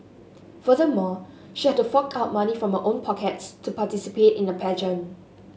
furthermore she had to fork out money from her own pockets to participate in the pageant